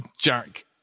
Jack